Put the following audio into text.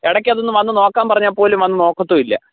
ഇടക്ക് അതൊന്നും വന്ന് നോക്കാൻ പറഞ്ഞാൽ പോലും വന്ന് നോക്കത്തും ഇല്ല